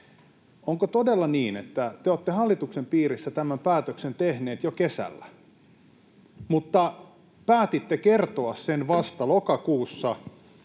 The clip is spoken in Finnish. Onko todella niin, että te olette hallituksen piirissä tämän päätöksen tehneet jo kesällä mutta päätitte kertoa sen vasta lokakuussa,